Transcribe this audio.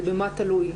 במה זה תלוי?